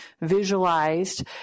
visualized